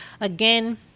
again